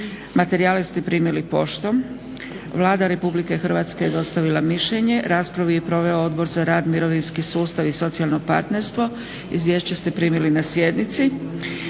Materijale ste primili poštom. Vlada Republike Hrvatske je dostavila mišljenje. Raspravu je proveo Odbor za rad, mirovinski sustav i socijalno partnerstvo. Izvješće ste primili na sjednici.